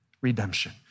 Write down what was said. redemption